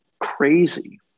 crazy